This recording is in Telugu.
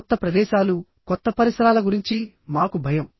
కొత్త ప్రదేశాలుకొత్త పరిసరాల గురించి మాకు భయం